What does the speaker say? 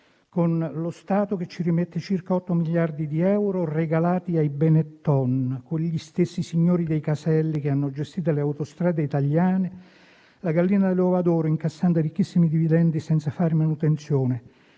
con lo Stato che ci rimette circa 8 miliardi di euro regalati ai Benetton, quegli stessi signori dei caselli che hanno gestito le autostrade italiane, la gallina dalle uova d'oro, incassando ricchissimi dividendi senza fare manutenzione,